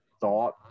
thought